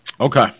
Okay